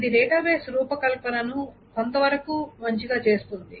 ఇది డేటాబేస్ రూపకల్పనను కొంతవరకు మంచిగా చేస్తుంది